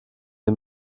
sie